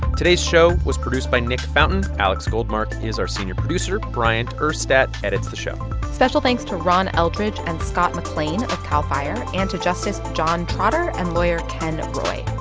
today's show was produced by nick fountain. alex goldmark is our senior producer. bryant urstadt edits the show special thanks to ron eldridge and scott mclain of cal fire and to justice john trotter and lawyer ken roy.